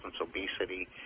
obesity